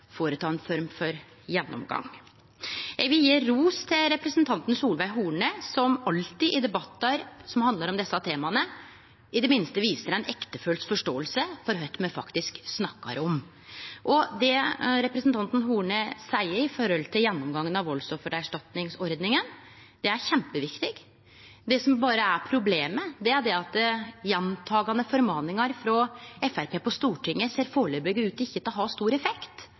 foreta ei form for gjennomgang. Eg vil gje ros til representanten Solveig Horne, som alltid i debattar som handlar om desse temaa, i det minste viser ei ektefølt forståing for kva me faktisk snakkar om. Det representanten Horne seier om gjennomgangen av valdsoffererstatningsordninga, er kjempeviktig. Problemet er berre at gjentakande formaningar frå Framstegspartiet på Stortinget foreløpig ikkje ser ut til å ha stor effekt.